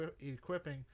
equipping